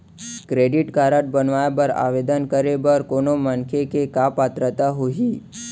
Credit card बनवाए बर आवेदन करे बर कोनो मनखे के का पात्रता होही?